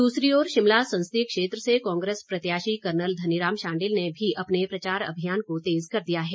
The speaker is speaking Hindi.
शांडिल शिमला संसदीय क्षेत्र से कांग्रेस प्रत्याशी कर्नल धनीराम शांडिल ने भी अपने प्रचार अभियान को तेज कर दिया है